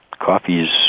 coffee's